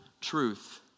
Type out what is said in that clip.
truth